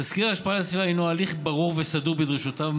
תסקיר השפעה על הסביבה הינו הליך ברור וסדור בדרישותיו,